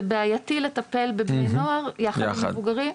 זה בעייתי לטפל בבני נוער יחד עם מבוגרים.